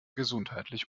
gesundheitlich